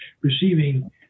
receiving